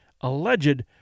alleged